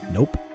Nope